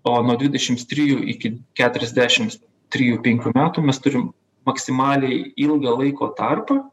o nuo dvidešims trijų iki keturiasdešims trijų penkių metų mes turim maksimaliai ilgą laiko tarpą